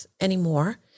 anymore